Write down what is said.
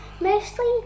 mostly